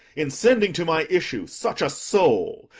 in sending to my issue such a soul,